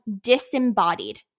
disembodied